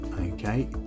okay